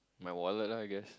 my wallet lah I guess